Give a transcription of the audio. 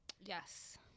Yes